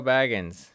Baggins